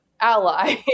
ally